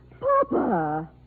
Papa